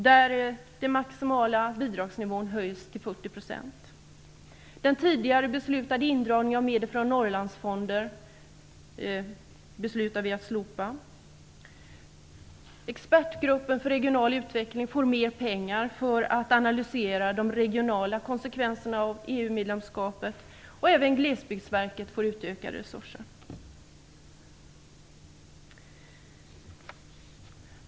Där höjs den maximala bidragsnivån till 40 %. Den tidigare beslutade indragningen av medel från Norrlandsfonden slopas. Expertgruppen för regional utveckling får mer pengar för att analysera de regionala konsekvenserna av EU medlemskapet. Även Glesbygdsverket får utökade resurser.